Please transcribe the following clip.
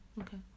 Okay